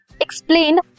explain